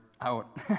out